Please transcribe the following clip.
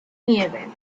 nieve